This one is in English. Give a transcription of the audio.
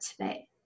today